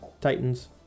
Titans